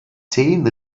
zehn